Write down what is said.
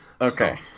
Okay